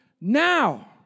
now